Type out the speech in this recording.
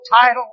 title